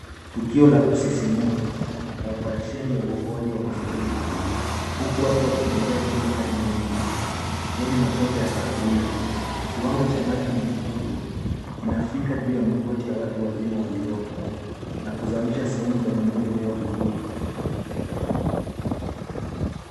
Tukio la kusisimua la oparesheni ya uokoaji wa mafuriko uku watu wakitembea kwenye maji mengi yenye matope ya kahawia. Kiwango cha maji ni kikubwa, kinafika juu ya magoti ya watu wazima waliopo na kuzamisha sehemu za miundo inayozunguka.